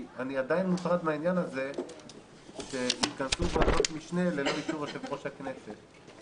אני עדיין מוטרד שיתכנסו ועדות משנה ללא אישור יושב-ראש הכנסת.